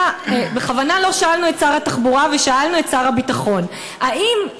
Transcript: בכוונה לא שאלנו את שר התחבורה ושאלנו את שר הביטחון: האם